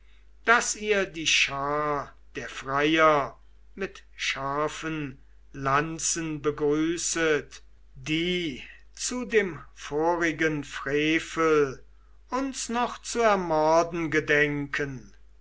daß ihr die schar der freier mit scharfen lanzen begrüßet die zu dem vorigen frevel uns noch zu ermorden gedenken